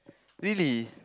really